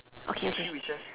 okay okay